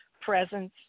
presence